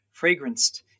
fragranced